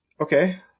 Okay